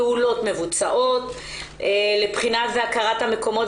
פעולות מבוצעות לבחינת הכרת המקומות